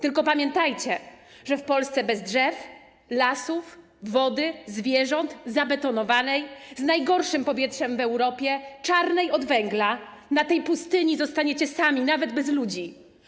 Tylko pamiętajcie, że w Polsce bez drzew, lasów, wody, zwierząt, zabetonowanej, z najgorszym powietrzem w Europie, czarnej od węgla - na tej pustyni zostaniecie sami, nawet bez ludzi.